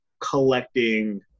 collecting